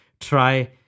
Try